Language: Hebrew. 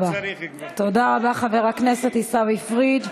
לא צריך, תודה רבה, חבר הכנסת עיסאווי פריג'.